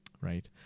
right